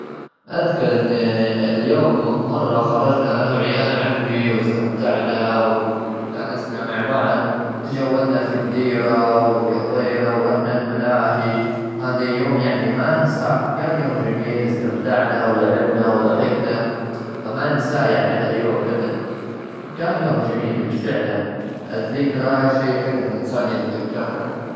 أذكر أني اليوم مرة خرجنا أنا وعيال عمي، واستمتعنا واسأنسنا مع بعض. تجولنا في الديرة وقضينا ورحنا الملاهي. هذا يوم يعني ما أنساه كان يوم جميل. استمتعنا، ولعبنا، وضحكنا فما أنساه يعني هاي اليوم أبد. كان يوم جميل فعلا. الذكرى شيء حلو إن الإنسان يتذكرها.